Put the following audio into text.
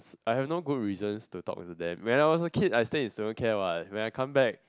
I have no good reason to talk to them when I was a kid I stay in student care what when I come back